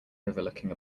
overlooking